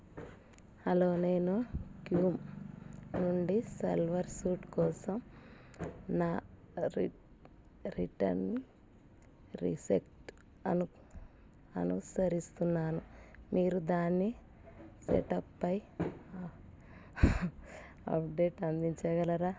hello నేను loom నుండి salwar suit కోసం నా రిట్ రిటర్న్ రిసెట్ అను అనుసరిస్తున్నాను మీరు దాన్నిసెటప్ పై అప్డేట్ అందించగలరా